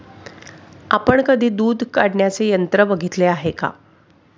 आपण कधी दूध काढण्याचे यंत्र बघितले आहे का?